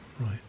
right